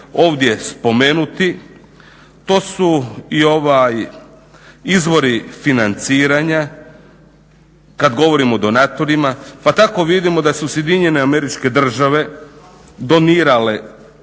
ovdje spomenuti to su i izvori financiranja, kada govorimo o donatorima, pa tako vidimo da su SAD donirale